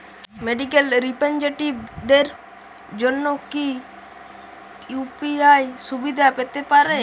Medical রিপ্রেজন্টেটিভদের জন্য কি ইউ.পি.আই সুবিধা পেতে পারে?